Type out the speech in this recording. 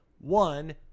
one